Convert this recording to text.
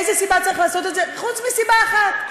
מאיזו סיבה הוא צריך לעשות את זה חוץ מסיבה אחת?